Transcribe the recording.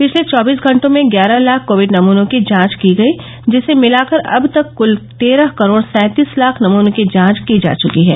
पिछले चौबीस घंटों में ग्यारह लाख कोविड नमूनों की जांच की गई जिसे मिलाकर अब तक क्ल तेरह करोड सैंतीस लाख नमूनों की जांच की जा चुकी हैं